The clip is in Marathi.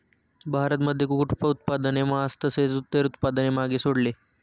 भारतामध्ये कुक्कुट उत्पादनाने मास तसेच इतर उत्पादन मागे सोडले